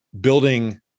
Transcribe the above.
building